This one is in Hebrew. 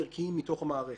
ערכיים מתוך המערכת.